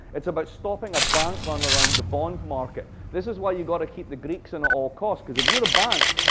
it's about stopping a bank run around the bond market. this is why you've got to keep the greeks in at all costs. because if you're a bank,